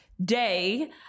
day